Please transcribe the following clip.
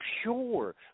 pure